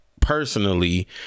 personally